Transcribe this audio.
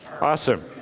Awesome